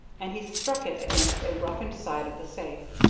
and he struck it against a roughened side of the safe.